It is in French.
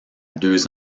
deux